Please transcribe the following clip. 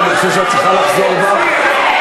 אני חושב שאת צריכה לחזור בך מהביטוי.